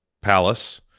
palace